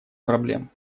проблем